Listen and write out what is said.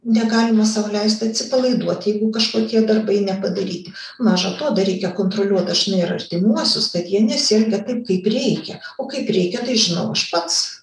negalima sau leist atsipalaiduot jeigu kažkokie darbai nepadaryti maža to dar reikia kontroliuot dažnai ir artimuosius tad jie nesielgia taip kaip reikia o kaip reikia tai žinau aš pats